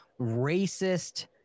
racist